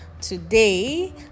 today